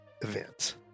events